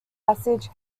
passage